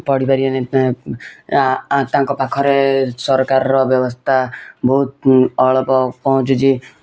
ପଢ଼ି ପାରିବେନି ତାଙ୍କ ପାଖରେ ସରକାରର ବ୍ୟବସ୍ଥା ବହୁତ ଅଳପ ପହଁଞ୍ଚୁଛି